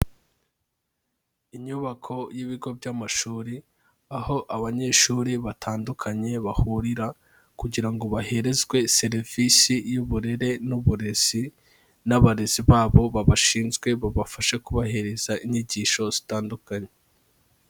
Inyubako y'ibigo by'amashuri, aho abanyeshuri batandukanye bahurira kugira ngo baherezwe serivisi y'uburere n'uburezi n'abarezi babo babashinzwe babafashe kubahiriza inyigisho zitandukanye.